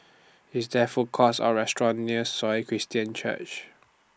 IS There Food Courts Or restaurants near Sion Christian Church